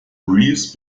breeze